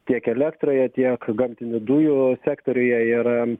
tiek elektroje tiek gamtinių dujų sektoriuje ir